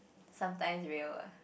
sometimes real ah